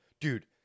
Dude